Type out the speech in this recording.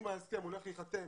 אם ההסכם הולך להיחתם